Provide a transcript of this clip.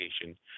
education